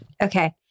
Okay